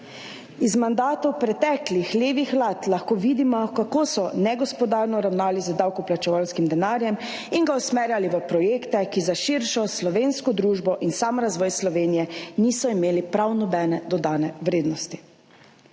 Iz mandatov preteklih levih vlad lahko vidimo, kako so negospodarno ravnali z davkoplačevalskim denarjem in ga usmerjali v projekte, ki za širšo slovensko družbo in sam razvoj Slovenije niso imeli prav nobene dodane vrednosti.